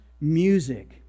music